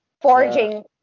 forging